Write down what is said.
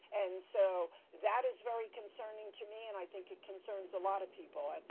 and so, that is very concerning to me, and i think it concerns a lot of people. and